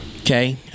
Okay